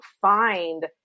find